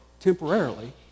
temporarily